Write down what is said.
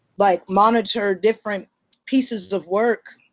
like, monitor different pieces of work.